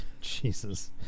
Jesus